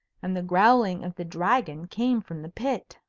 and the growling of the dragon came from the pit.